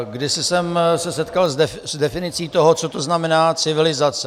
Kdysi jsem se setkal s definicí toho, co to znamená civilizace.